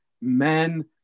men